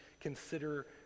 consider